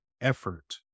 effort